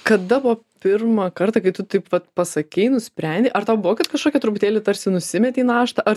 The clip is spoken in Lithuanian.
kada buvo pirmą kartą kai tu taip vat pasakei nusprendei ar tau buvo kad kažkokią truputėlį tarsi nusimetė naštą ar